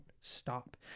stop